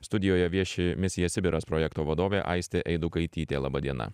studijoje vieši misija sibiras projekto vadovė aistė eidukaitytė laba diena